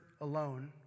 alone